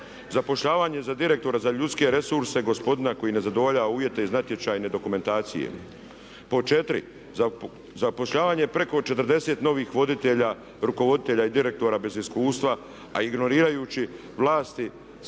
zapošljavanje za direktora za ljudske resurse gospodina koji ne zadovoljava uvjete iz natječajne dokumentacije? Pod četiri, zapošljavanje preko 40 novih voditelja, rukovoditelja i direktora bez iskustva a ignorirajući vlastiti